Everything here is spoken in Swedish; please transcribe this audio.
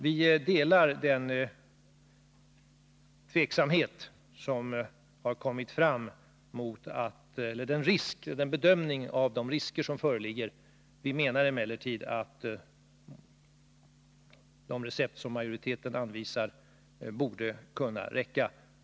Vi delar bedömningen av de risker som föreligger. Vi menar emellertid att det recept som majoriteten anvisar borde kunna räcka.